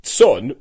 son